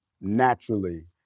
naturally